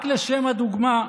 רק לשם הדוגמה,